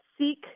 Seek